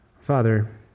Father